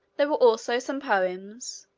there were also some poems,